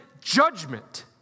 judgment